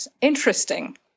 interesting